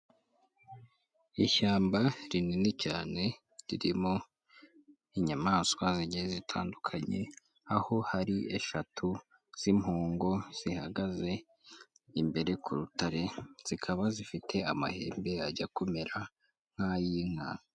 Ishyamba rinini cyane ririmo inyamanswa zigiye zitandukanye aho hari eshatu z'impongo zihagaze imbere ku rutare zikaba zifite amahembe ajya kumera nk'ay'inka.